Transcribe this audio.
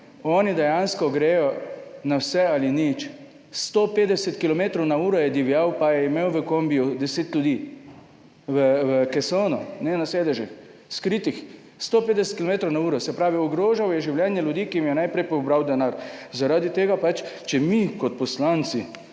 Oni dejansko grejo na vse ali nič. 150 kilometrov na uro. je divjal pa je imel v kombiju deset ljudi v keson, ne na sedežih skritih. 150 kilometrov na uro. Se pravi, ogrožal je življenje ljudi, ki jim je najprej pobral denar. Zaradi tega pač če mi kot poslanci